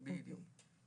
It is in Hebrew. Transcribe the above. נכון, בדיוק.